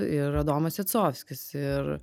ir adomas jacovskis ir